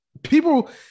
People